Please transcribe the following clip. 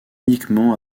uniquement